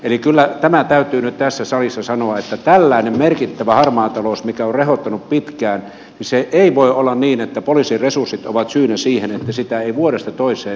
eli kyllä tämä täytyy nyt tässä salissa sanoa että kun tällainen merkittävä harmaa talous on rehottanut pitkään se ei voi olla niin että poliisin resurssit ovat syynä siihen että vuodesta toiseen sitä ei saada kuriin